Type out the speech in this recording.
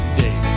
day